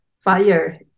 fire